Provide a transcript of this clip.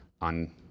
on